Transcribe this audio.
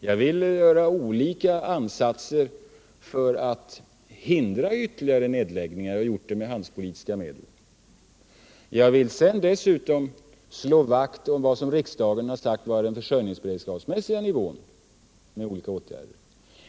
Jag vill göra olika ansatser för att hindra ytterligare nedläggningar, och jag har gjort det med handelspolitiska medel. Dessutom vill jag med olika åtgärder slå vakt om vad riksdagen har förklarat vara den försörjningsberedskapsmässiga nivån.